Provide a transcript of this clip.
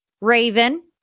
Raven